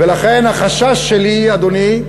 ולכן, החשש שלי, אדוני,